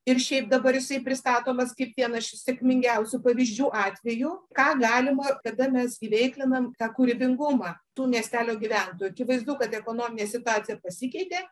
ir šiaip dabar jisai pristatomas kaip vienas iš sėkmingiausių pavyzdžių atvejų ką galima kada mes įveiklinam tą kūrybingumą tų miestelio gyventojų akivaizdu kad ekonominė situacija pasikeitė